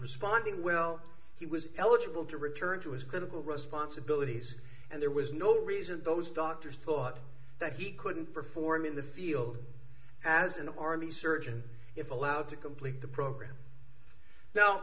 responding well he was eligible to return to his clinical responsibilities and there was no reason those doctors thought that he couldn't perform in the field as an army surgeon if allowed to complete the program